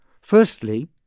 Firstly